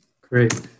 Great